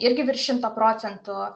irgi virš šimto procentų